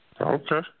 Okay